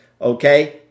okay